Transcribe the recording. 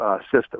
system